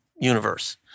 universe